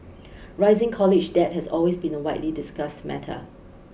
rising college debt has always been a widely discussed matter